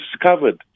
discovered